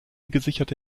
gesicherte